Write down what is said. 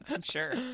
sure